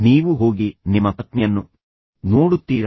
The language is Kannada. ನೀವು ಹೋಗಿ ನಿಮ್ಮ ಪತ್ನಿಯನ್ನು ನೋಡುತ್ತೀರಾ